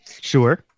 Sure